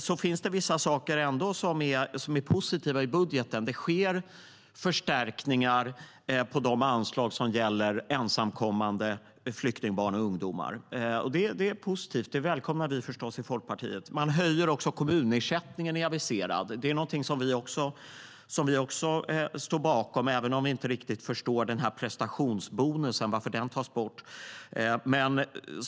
Det finns ändå vissa saker i budgeten som är positiva. Det sker förstärkningar av de anslag som gäller ensamkommande flyktingbarn och ungdomar. Det är positivt; det välkomnar förstås vi i Folkpartiet. En höjning av kommunersättningen är aviserad. Det är också någonting som vi står bakom, även om vi inte riktigt förstår varför prestationsbonusen tas bort.